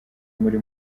muri